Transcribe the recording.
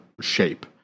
shape